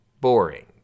Boring